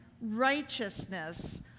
righteousness